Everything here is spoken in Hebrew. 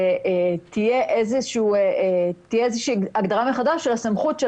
שתהיה איזו הגדרה חדשה של הסמכות של